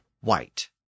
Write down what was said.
white